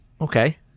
Okay